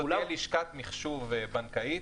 זה לשכת מחשוב בנקאית,